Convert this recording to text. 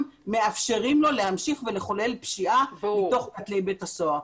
מאפשרים לו להמשיך ולחולל פשיעה מתוך כותלי בית הסוהר.